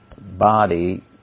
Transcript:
body